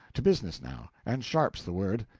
to business now and sharp's the word.